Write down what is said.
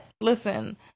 listen